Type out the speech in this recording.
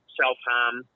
self-harm